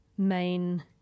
main